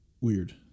Weird